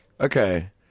okay